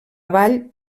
vall